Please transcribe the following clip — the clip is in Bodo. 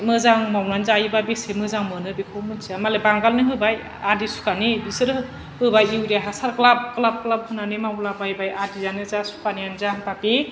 मोजां मावनानै जायोबा बेसे मोजां मोनो बेखौ मोनथिया मालाय बांगालनो होबाय आदि सुखानि बिसोरो होबाय इउरिया हासार ग्लाब ग्लाब ग्लाब होनानै मावलाबायबाय आदियानो जा सुखानियानो जा होमबा बे